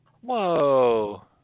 Whoa